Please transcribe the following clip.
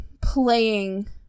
playing